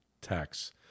tax